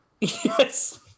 Yes